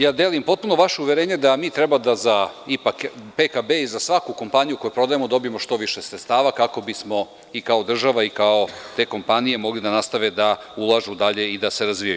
Ja delim potpuno vašu uverenje da mi treba, ipak da za PKB i za svaku kompaniju koju prodajemo dobijemo što više sredstava, kako bi smo i kao država i kao te kompanije mogle da nastave da ulažu dalje i da se razvijaju.